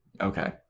okay